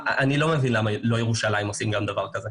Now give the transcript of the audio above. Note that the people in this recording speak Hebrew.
אני לא מבין למה לא עושים גם בירושלים דבר כזה.